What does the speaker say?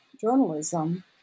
journalism